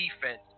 defense